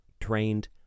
trained